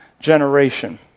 generation